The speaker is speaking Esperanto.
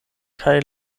kaj